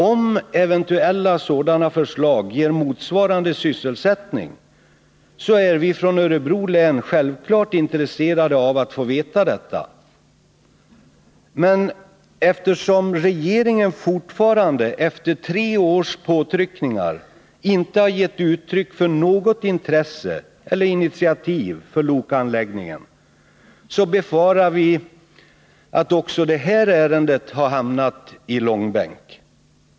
Om eventuella sådana förslag ger motsvarande sysselsättning, är vi från Örebro län självfallet intresserade av att få veta detta. Men eftersom regeringen fortfarande efter tre års påtryckningar inte har gett uttryck för något intresse eller initiativ för Lokaanläggningen, befarar vi att också det här ärendet har hamnat i långbänk.